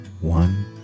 one